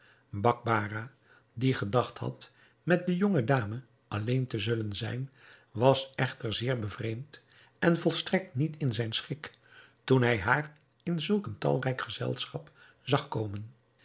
bakbarah die gedacht had met de jonge dame alleen te zullen zijn was echter zeer bevreemd en volstrekt niet in zijn schik toen hij haar in zulk een talrijk gezelschap zag komen